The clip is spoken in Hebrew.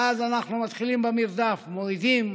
ואז אנחנו מתחילים במרדף, מורידים,